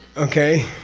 okay?